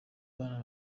abana